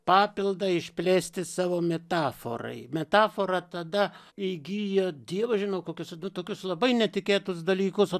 papildą išplėsti savo metaforai metafora tada įgijo dievas žino kokiose nu tokius labai netikėtus dalykus at